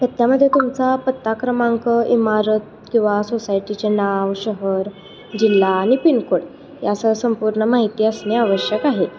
पत्त्यामध्ये तुमचा पत्ता क्रमांक इमारत किंवा सोसायटीचे नाव शहर जिल्हा आणि पिनकोड या असं संपूर्ण माहिती असणे आवश्यक आहे